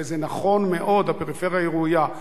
וזה נכון מאוד, הפריפריה היא ראויה.